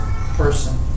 person